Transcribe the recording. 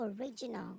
original